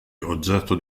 oggetto